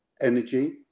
energy